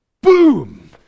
Boom